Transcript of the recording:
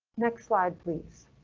next slide, please.